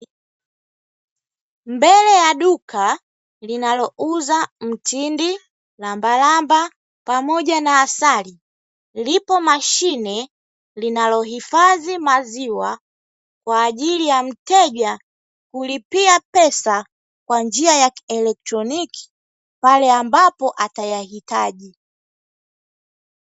Mbele ya duka linalouza mtindi, lambalamba pamoja na asali, lipo mashine linalohifadhi maziwa, kwa ajili ya mteja kulipia pesa kwa njia ya kielektroniki pale ambapo atayahitaji.